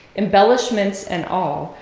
embellishments and all,